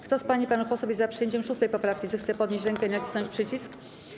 Kto z pań i panów posłów jest za przyjęciem 6. poprawki, zechce podnieść rękę i nacisnąć przycisk.